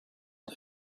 der